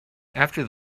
after